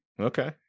Okay